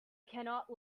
cannot